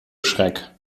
schreck